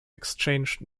exchanged